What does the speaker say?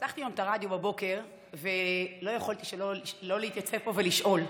פתחתי את הרדיו בבוקר ולא יכולתי שלא להתייצב פה ולשאול,